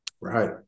Right